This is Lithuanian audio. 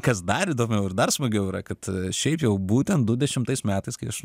kas dar įdomiau ir dar smagiau yra kad šiaip jau būtent du dešimtais metais kai aš